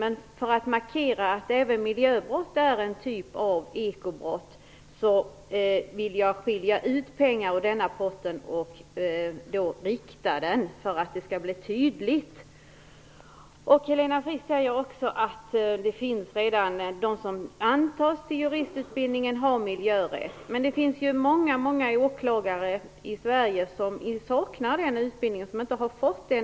Men för att markera att även miljöbrott är en typ av ekobrott vill jag skilja ut pengar ur den potten och rikta dem, för att det skall bli tydligt. Helena Frisk säger också att de som antas till juristutbildningen redan har utbildning i miljörätt. Men det finns många åklagare i Sverige som saknar den utbildningen, som inte har fått den.